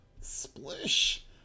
Splish